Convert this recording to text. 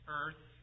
earth